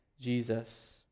Jesus